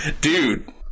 Dude